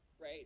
right